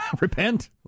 Repent